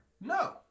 No